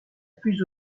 plus